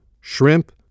shrimp